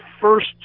first